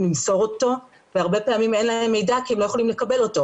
למסור אותו והרבה פעמים אין להם מידע כי הם לא יכולים לקבל אותו,